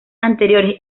anteriores